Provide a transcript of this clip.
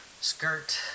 skirt